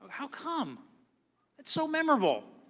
how come? it's so memorable.